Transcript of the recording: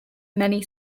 many